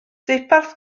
deuparth